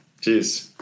Cheers